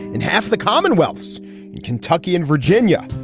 and half the commonwealth's in kentucky and virginia.